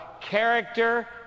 Character